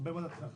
הרבה מאוד הצלחה,